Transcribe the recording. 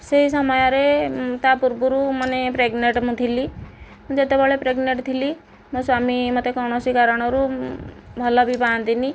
ସେହି ସମୟରେ ତା' ପୂର୍ବୁରୁ ମାନେ ପ୍ରେଗନେନ୍ଟ୍ ମୁଁ ଥିଲି ଯେତେବେଳେ ପ୍ରେଗନେନ୍ଟ୍ ଥିଲି ମୋ ସ୍ୱାମୀ ମୋତେ କୌଣସି କାରଣରୁ ଭଲ ବି ପାଆନ୍ତିନି